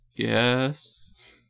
Yes